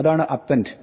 ഇതാണ് അപ്പെൻഡ്